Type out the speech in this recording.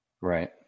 Right